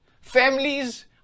families